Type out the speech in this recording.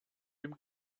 dem